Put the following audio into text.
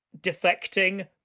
defecting